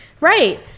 Right